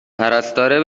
پرستاره